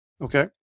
Okay